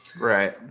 Right